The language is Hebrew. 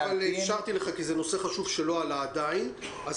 אבל אפשרתי לך כי זה נושא חשוב שלא עלה עדיין, אז